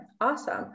awesome